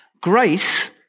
Grace